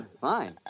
Fine